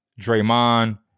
Draymond